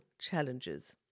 challenges